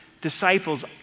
Disciples